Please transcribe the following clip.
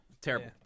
terrible